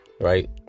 right